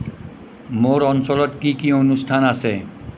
মোৰ অঞ্চলত কি কি অনুষ্ঠান আছে